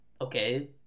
Okay